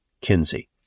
Kinsey